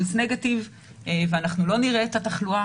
negative ואנחנו לא נראה את התחלואה,